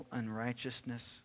unrighteousness